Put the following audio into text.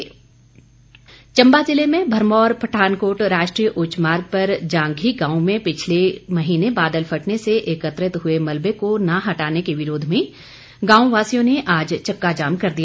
चक्का जाम चंबा ज़िले में भरमौर पठानकोट राष्ट्रीय उच्च मार्ग पर जांघी गांव में पिछले महीने बादल फटने से एकत्रित हुए मलबे को न हटाने के विरोध में गांववासियों ने आज चक्का जाम कर दिया